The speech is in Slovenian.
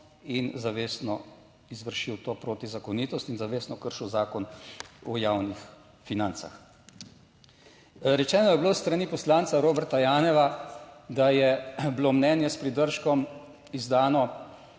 in zavestno izvršil to protizakonitost in zavestno kršil Zakon o javnih financah. Rečeno je bilo s strani poslanca Roberta Jana, da je bilo mnenje s pridržkom izdano